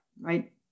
right